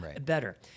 better